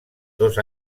dos